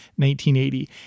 1980